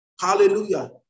Hallelujah